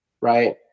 Right